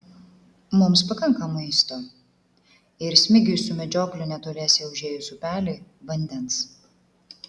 mums pakanka maisto ir smigiui su medžiokliu netoliese užėjus upelį vandens